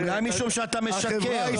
אולי משום שאתה משקר.